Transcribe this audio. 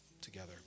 together